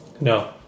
No